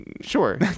Sure